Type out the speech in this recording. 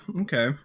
Okay